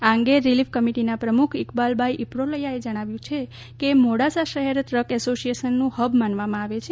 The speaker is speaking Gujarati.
આ અંગે રીલિફ કમિટીના પ્રમુખ ઇકબાલભાઈ ઇપ્રોલિયાએ જણાવ્યું ફતું કે મોડાસા શહેર દ્રક એસોસિએશનનું હબ માનવામાં આવે છે